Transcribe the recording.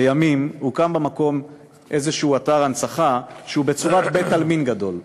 לימים הוקם במקום איזה אתר הנצחה שהוא בצורת בית-עלמין גדול,